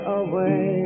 away